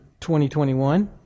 2021